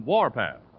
Warpath